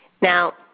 Now